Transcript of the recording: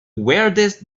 weirdest